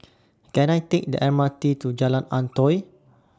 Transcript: Can I Take The M R T to Jalan Antoi